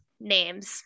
names